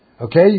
Okay